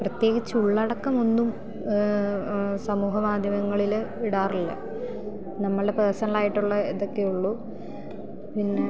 പ്രത്യേകിച്ച് ഉള്ളടക്കം ഒന്നും സമൂഹ മാധ്യമങ്ങളിൽ ഇടാറില്ല നമ്മളുടെ പേഴ്സണലായിട്ടുള്ള ഇതൊക്കെ ഉള്ളൂ പിന്നെ